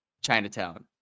Chinatown